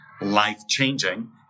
life-changing